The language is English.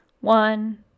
one